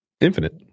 Infinite